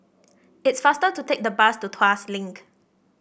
it's faster to take the bus to Tuas Link